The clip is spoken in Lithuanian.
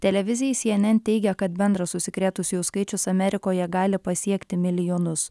televizijai cnn teigia kad bendras užsikrėtusiųjų skaičius amerikoje gali pasiekti milijonus